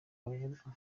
babivugaho